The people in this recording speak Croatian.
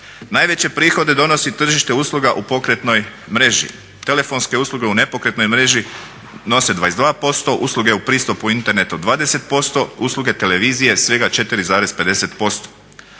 Najveće prihode donosi tržište usluga u pokretnoj mreži, telefonske usluge u nepokretnoj mreži nose 22%, usluge u pristupu internetu 20%, usluge televizije svega 4,50%.